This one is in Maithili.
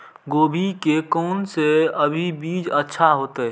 गोभी के कोन से अभी बीज अच्छा होते?